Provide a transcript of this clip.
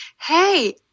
hey